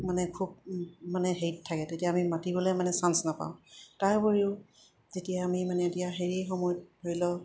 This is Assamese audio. মানে খুব মানে হেৰিত থাকে তেতিয়া আমি মাতিবলৈ মানে চান্স নাপাওঁ তাৰোপৰিও যেতিয়া আমি মানে এতিয়া হেৰি সময়ত ধৰি লওক